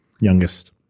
youngest